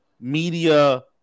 media